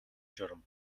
журам